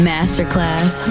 Masterclass